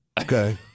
Okay